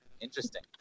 Interesting